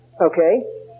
Okay